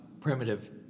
primitive